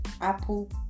Apple